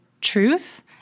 truth